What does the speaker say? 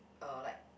uh like